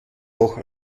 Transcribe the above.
noch